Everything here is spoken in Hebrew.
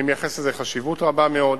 אני מייחס לזה חשיבות רבה מאוד.